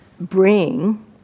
bring